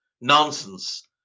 nonsense